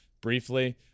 briefly